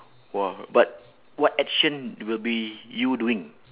!wah! but what action will be you doing